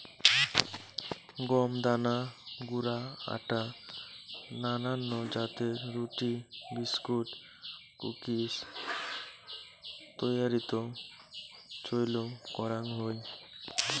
গম দানা গুঁড়া আটা নানান জাতের রুটি, বিস্কুট, কুকিজ তৈয়ারীত চইল করাং হই